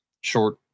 short